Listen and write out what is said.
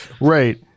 right